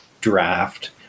draft